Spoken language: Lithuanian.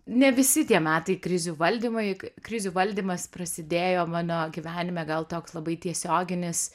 ne visi tie metai krizių valdymai krizių valdymas prasidėjo mano gyvenime gal toks labai tiesioginis